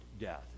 death